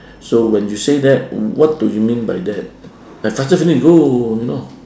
so when you say that what do you mean by that I faster finish go you know